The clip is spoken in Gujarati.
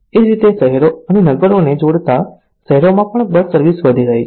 એ જ રીતે શહેરો અને નગરોને જોડતા શહેરોમાં પણ બસ સર્વિસ વધી રહી છે